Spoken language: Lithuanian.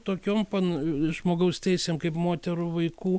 tokiom pan žmogaus teisėm kaip moterų vaikų